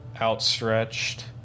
outstretched